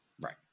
Right